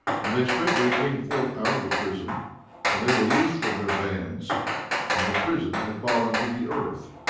and they straightway came forth out of the prison and they were loosed from their bands and the prison had fallen to the earth,